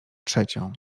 trzecią